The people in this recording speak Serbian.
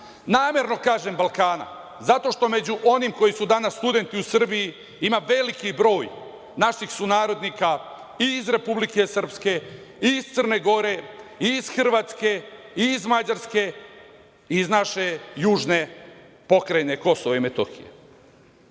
Namerno kažem - Balkana, zato što među onima koji su danas studenti u Srbiji ima veliki broj naših sunarodnika i iz Republike Srpske i iz Crne Gore i iz Hrvatske i iz Mađarske, iz naše južne pokrajine Kosova i Metohije. Zauzvrat,